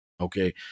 Okay